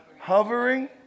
Hovering